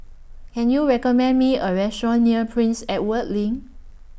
Can YOU recommend Me A Restaurant near Prince Edward LINK